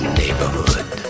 neighborhood